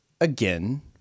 again